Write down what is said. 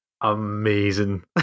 amazing